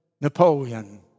Napoleon